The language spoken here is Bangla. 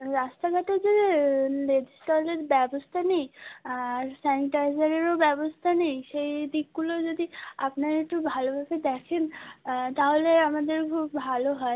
রাস্তাঘাটে যে লেডিস টয়লেট ব্যবস্থা নেই আর স্যানিটাইজারেরও ব্যবস্থা নেই সেই দিকগুলো যদি আপনারা একটু ভালোভাবে দেখেন তাহলে আমাদের খুব ভালো হয়